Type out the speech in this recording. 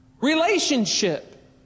Relationship